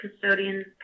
custodians